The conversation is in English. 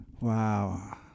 Wow